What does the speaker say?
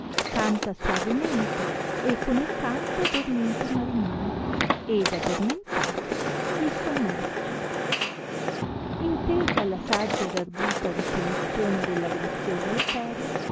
canta soavemente e con il canto addormenta i marinai ed addormentati gli sommerge intesa la saggia ed arguta risoluzione della graziosa alteria